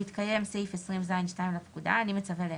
ובהתקיים סעיף 20ז(2) לפקודה/ באישור ועדת הבריאות של הכנסת,